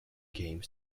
games